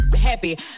happy